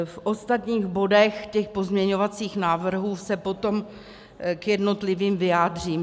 V ostatních bodech pozměňovacích návrhů se potom k jednotlivým vyjádřím.